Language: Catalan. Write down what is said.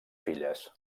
filles